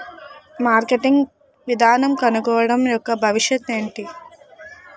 Marketing విధానం కనుక్కోవడం యెక్క భవిష్యత్ ఏంటి?